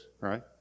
right